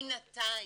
בינתיים,